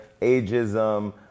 ageism